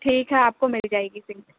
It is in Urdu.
ٹھیک ہے آپ کو مل جائے گی سیٹ